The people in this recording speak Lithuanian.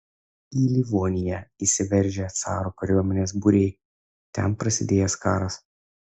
į livoniją įsiveržę caro kariuomenės būriai ten prasidėjęs karas